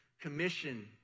commission